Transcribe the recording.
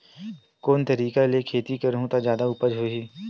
कोन तरीका ले खेती करहु त जादा उपज होही?